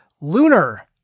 lunar